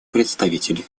представитель